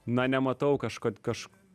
na nematau kažkad kaž